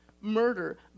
murder